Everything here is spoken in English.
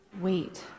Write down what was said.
wait